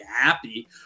happy